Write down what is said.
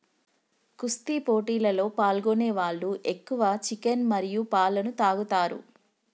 కుస్తీ పోటీలలో పాల్గొనే వాళ్ళు ఎక్కువ చికెన్ మరియు పాలన తాగుతారు